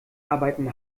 arbeiten